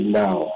now